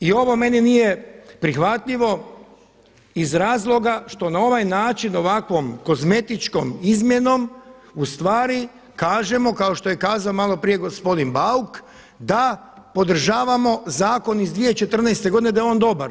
I ovo meni nije prihvatljivo iz razloga što na ovaj način ovakvom kozmetičkom izmjenom u stvari kažemo kao što je kazao malo prije gospodin Bauk da podržavamo zakon iz 2014. godine da je on dobar.